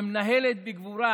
שמנהלת בגבורה